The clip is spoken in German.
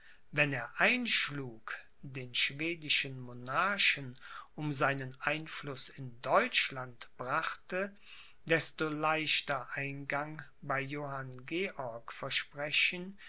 wenn er einschlug den schwedischen monarchen um seinen einfluß in deutschland brachte desto leichter eingang bei johann georg versprechen